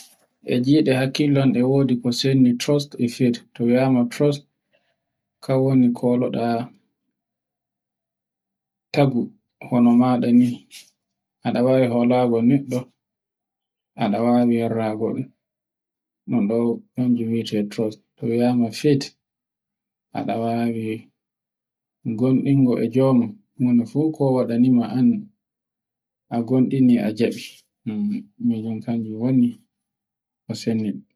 Ɗume haani daara soni a wari sodidago mota gonira noka e puccu goniranoka gonirawo. Go'o fu tawe jaha ndara inji makka, ndara ɓandu makka, ndara koiɗe makka, soni a tawi inji ɗin to wodi ko ndarata, jaha wadde anduɗo ndara, kamɓe ɓe andi to ɓe ndarata soni ka ɓoye ka ngolla, na ka naiwi ko ɓe wawi andugo, den ndara koiɗe ndara ɓandu makka. So a waɗi ni fu a andai kiila wodi ko ɓakkina woɗai